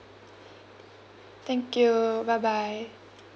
thank you bye bye